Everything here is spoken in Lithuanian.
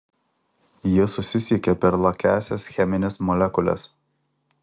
jie susisiekia per lakiąsias chemines molekules